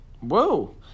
Whoa